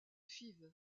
fives